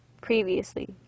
previously